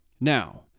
Now